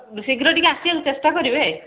ଶୀଘ୍ର ଟିକେ ଆସିବାକୁ ଚେଷ୍ଟା କରିବେ